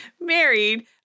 married